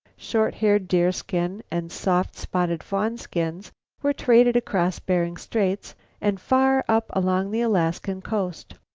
short-haired deerskin and soft, spotted fawn-skins were traded across bering straits and far up along the alaskan coast.